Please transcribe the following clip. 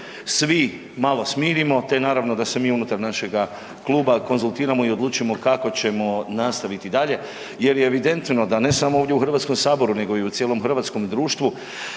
svi malo smirimo, te naravno da se mi unutar našega kluba konzultiramo i odlučimo kako ćemo nastaviti dalje jer je evidentno da ne samo ovdje u HS nego i u cijelom hrvatskom društvu